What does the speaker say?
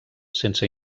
sense